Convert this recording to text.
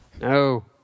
No